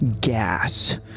gas